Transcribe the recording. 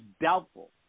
doubtful